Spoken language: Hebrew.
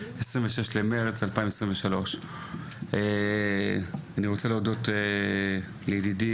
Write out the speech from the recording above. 26 במרץ 2023. אני רוצה להודות לידידי,